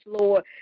Lord